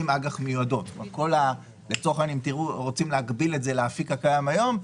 אם רוצים להקביל את זה לאפיק הקיים היום,